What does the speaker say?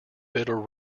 bitter